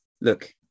Look